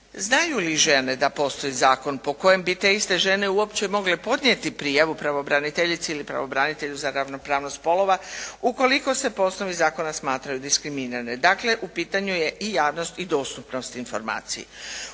znaju li žene da postoji zakon po kojem bi te iste žene uopće mogle podnijeti prijavu pravobraniteljici ili pravobranitelju za ravnopravnost spolova ukoliko se po osnovi zakona smatraju diskriminirani. Dakle, u pitanju je i javnost i dostupnost informaciji.